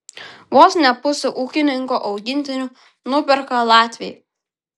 vos ne pusę ūkininko augintinių nuperka latviai